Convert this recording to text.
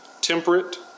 temperate